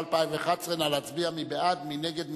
התשע"א 2011. נא להצביע, מי בעד?